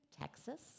Texas